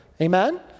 Amen